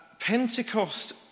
Pentecost